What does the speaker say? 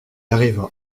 arriva